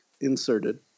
inserted